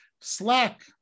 slack